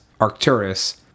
Arcturus